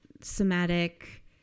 somatic